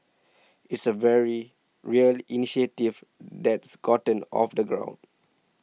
it's a very real initiative that's gotten off the ground